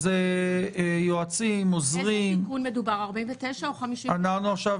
יועצים, עוזרים